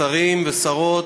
שרים ושרות,